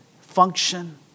function